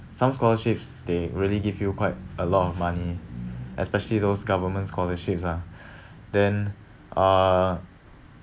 some scholarships they really give you quite a lot of money especially those government scholarships ah then uh